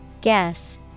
Guess